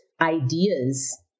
ideas